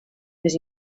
més